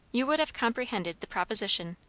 you would have comprehended the proposition.